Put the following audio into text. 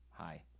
hi